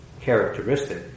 characteristic